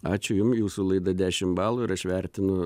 ačiū jum jūsų laida dešim balų ir aš vertinu